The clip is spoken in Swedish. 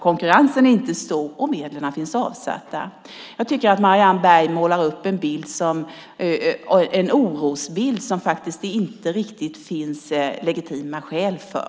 Konkurrensen är alltså inte stor och medel finns avsatta. Marianne Berg målar upp en orosbild som det inte riktigt finns legitima skäl för.